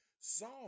song